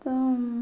ତ